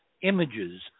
images